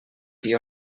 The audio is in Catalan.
qui